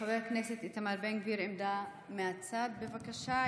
חבר הכנסת איתמר בן גביר, עמדה מהצד, בבקשה.